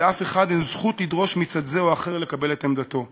ולאף אחד אין זכות לדרוש מצד זה או אחר לקבל את עמדתו.